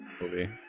movie